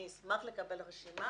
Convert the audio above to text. אני אשמח לקבל רשימה